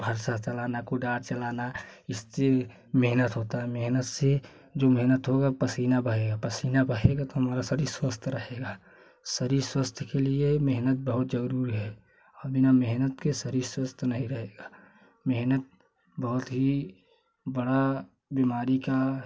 फरसा चलाना कुदार चलाना इससे मेहनत होता है मेहनत से जो मेहनत होगा पसीना बहेगा पसीना बहेगा तो हमारा शरीर स्वस्थ रहेगा शरीर स्वस्थ के लिए मेहनत बहुत जरूर है बिना मेहनत के शरीर स्वस्थ नहीं रहेगा मेहनत बहुत ही बड़ा बीमारी का